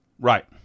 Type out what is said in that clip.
Right